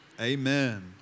amen